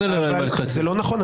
זה לא נכון.